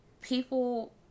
people